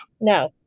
No